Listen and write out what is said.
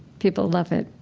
people love it.